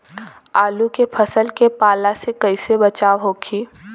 आलू के फसल के पाला से कइसे बचाव होखि?